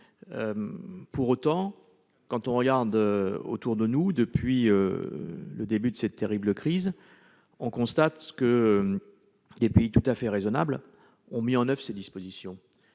Pour autant, quand on regarde autour de nous, depuis le début de cette terrible crise, on constate que des pays tout à fait raisonnables ont mis en oeuvre ces dispositions.